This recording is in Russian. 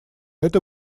это